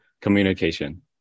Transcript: Communication